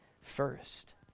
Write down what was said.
first